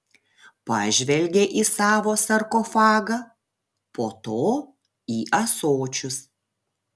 pažvelgė į savo sarkofagą po to į ąsočius